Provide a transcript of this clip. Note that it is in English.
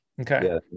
Okay